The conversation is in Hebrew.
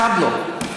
אחד לא,